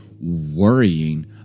worrying